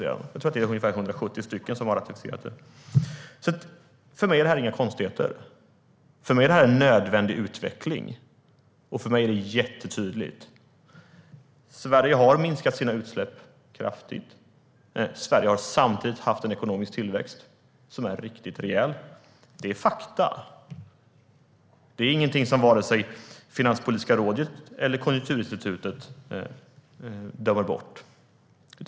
Jag tror att det är ungefär 170 länder som har ratificerat det. För mig är det här inga konstigheter. För mig är det en nödvändig utveckling. Och för mig är det jättetydligt. Sverige har minskat sina utsläpp kraftigt. Sverige har samtidigt haft en riktigt rejäl ekonomisk tillväxt. Det är fakta. Det är ingenting som vare sig Finanspolitiska rådet eller Konjunkturinstitutet dömer bort.